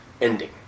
ending